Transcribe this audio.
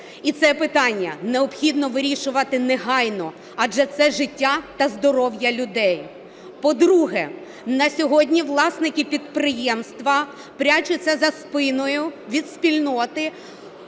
І це питання необхідно вирішувати негайно, адже це життя та здоров'я людей. По-друге, на сьогодні власники підприємства ховаються за спиною від спільноти,